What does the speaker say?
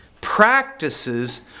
practices